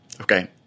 Okay